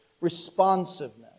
responsiveness